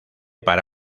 para